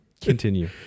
continue